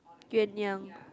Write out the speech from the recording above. Yuen Yang